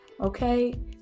okay